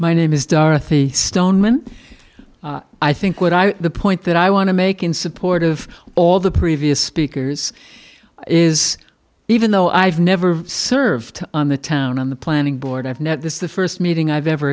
my name is dorothy stoneman i think what i the point that i want to make in support of all the previous speakers is even though i've never served on the town on the planning board i've met this is the first meeting i've ever